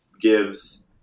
gives